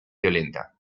violenta